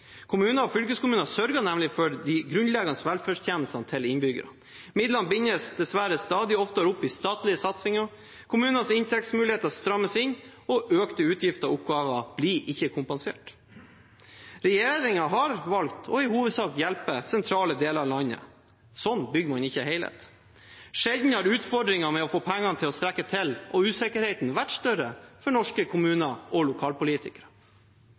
Kommuner og fylkeskommuner sørger nemlig for de grunnleggende velferdstjenestene til innbyggerne. Midlene bindes dessverre stadig oftere opp i statlige satsinger, kommunenes inntektsmuligheter strammes inn, og økte utgifter og oppgaver blir ikke kompensert. Regjeringen har i hovedsak valgt å hjelpe sentrale deler av landet. Sånn bygger man ikke helhet. Sjelden har utfordringene med å få pengene til å strekke til og usikkerheten vært større for norske kommuner og lokalpolitikere.